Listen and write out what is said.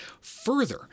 Further